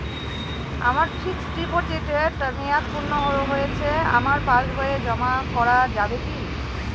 আমার ফিক্সট ডিপোজিটের মেয়াদ পূর্ণ হয়েছে আমার পাস বইতে জমা করা যাবে কি?